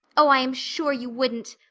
oh, i am sure you wouldn't.